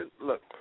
Look